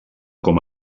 com